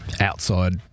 outside